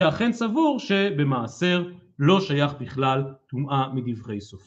ואכן סבור שבמעשר לא שייך בכלל טומאה מדברי סופרים.